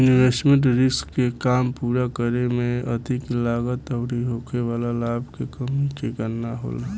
investment risk के काम पूरा करे में अधिक लागत अउरी होखे वाला लाभ के कमी के गणना होला